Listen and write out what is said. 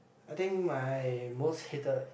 I think my most hated